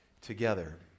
together